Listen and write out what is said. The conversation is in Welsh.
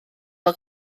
fel